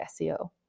SEO